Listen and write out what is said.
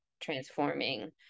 transforming